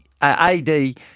AD